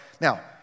now